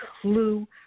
clue